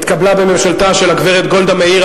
התקבלה בממשלתה של הגברת גולדה מאיר,